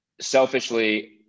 Selfishly